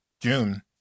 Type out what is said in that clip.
June